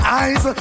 eyes